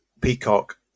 Peacock